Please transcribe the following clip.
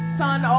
sun